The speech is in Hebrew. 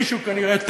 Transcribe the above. מישהו כנראה טעה,